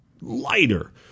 lighter